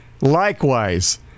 Likewise